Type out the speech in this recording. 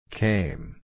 came